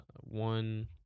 One